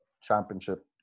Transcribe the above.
championship